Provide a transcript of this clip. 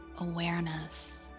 awareness